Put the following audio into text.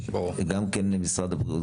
גם כן ממשרד הבריאות,